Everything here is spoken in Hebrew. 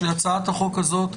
הצעת החוק המקורית דיברה על שטחי בית